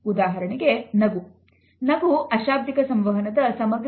ಉದಾಹರಣೆಗೆ ನಗು